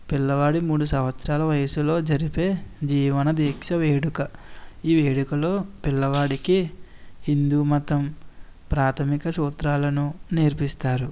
పిల్లవాడికి మూడు సంవత్సరాల వయసులో జరిపే జీవన దీక్ష వేడుక ఈ వేడుకలో పిల్లవాడికి హిందూమతం ప్రాధమిక సూత్రాలను నేర్పిస్తారు